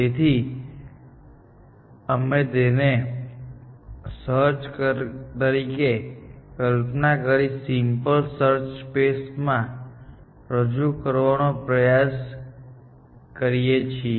તેથી અમે તેને સર્ચ તરીકે કલ્પના કરીને સિમ્પલ સર્ચ સ્પેસ માં રજૂ કરવાનો પ્રયાસ કરીએ છીએ